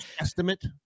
estimate